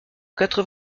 quatre